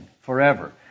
forever